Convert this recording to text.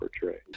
portray